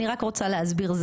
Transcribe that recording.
אני רק רוצה להסביר,